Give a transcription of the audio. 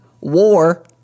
War